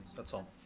that's all.